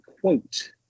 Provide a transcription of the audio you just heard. quote